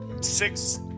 six